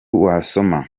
wasoma